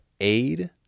aid